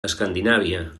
escandinàvia